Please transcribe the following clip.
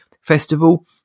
festival